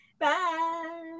bye